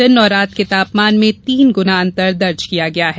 दिन और रात के तापमान में तीन गुना अंतर दर्ज किया गया है